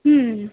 हं